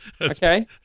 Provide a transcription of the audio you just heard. Okay